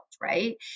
right